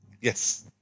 Yes